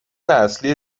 اصلی